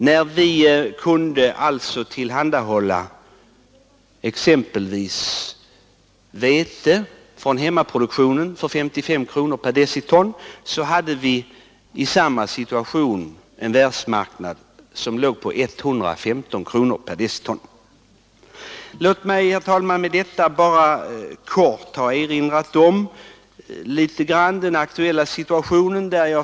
När vi alltså kunde tillhandahålla exempelvis vete från hemmaproduktionen för 55 kronor per deciton låg världsmarknadspriset på 115 kronor per deciton. Låt mig med detta, herr talman, bara kort ha erinrat om den aktuella situationen.